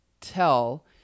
tell